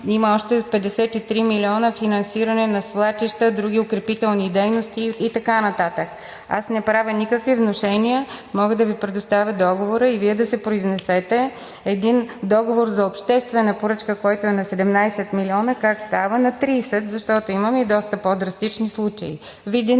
има още 53 милиона финансиране на свлачища, други укрепителни дейности и така нататък. Аз не правя никакви внушения. Мога да Ви предоставя договора и Вие да се произнесете. Един договор за обществена поръчка, който е на 17 милиона, как става на 30, защото имаме и доста по-драстични случаи. Във